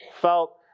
felt